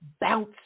bounce